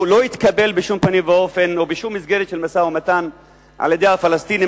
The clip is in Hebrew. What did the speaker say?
או לא יתקבל בשום פנים ואופן בשום מסגרת של משא-ומתן על-ידי הפלסטינים,